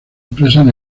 expresan